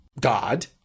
God